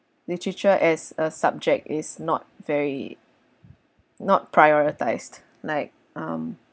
literature as a subject is not very not prioritised like um